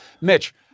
Mitch